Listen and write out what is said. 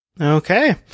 Okay